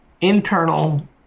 internal